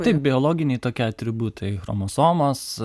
taip biologiniai tokie atributai chromosomos